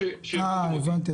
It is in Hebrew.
הבנתי.